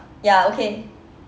ya okay